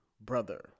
brother